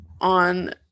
on